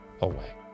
away